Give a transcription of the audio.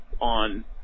on